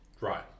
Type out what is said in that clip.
Right